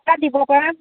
তাত দিব পৰা